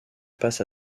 passe